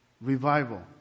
revival